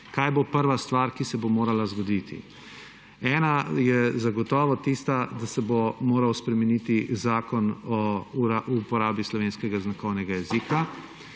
Kaj bo prva stvar, ki se bo morala zgoditi? Ena je zagotovo tista, da se bo moral spremeniti Zakon o uporabi slovenske znakovnega jezika,